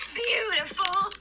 beautiful